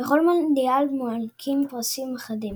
בכל מונדיאל מוענקים פרסים אחדים.